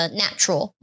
natural